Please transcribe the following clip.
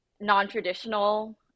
non-traditional